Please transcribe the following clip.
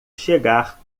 chegar